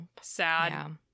sad